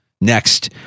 Next